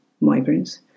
migrants